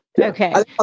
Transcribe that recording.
Okay